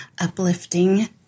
uplifting